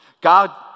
God